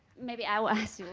maybe i'll ask